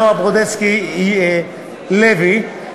נועה ברודסקי-לוי,